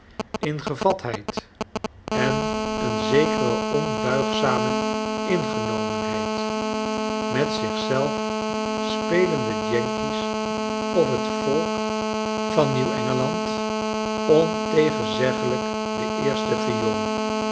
in gevatheid en een zekere onbuigzame ingenomenheid met zich zelf spelen de yankee's of het volk van nieuw engeland ontegenzeglijk de eerste viool